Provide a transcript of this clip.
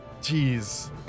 Jeez